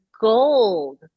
gold